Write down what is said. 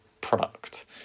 product